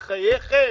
בחייכם.